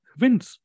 wins